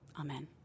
Amen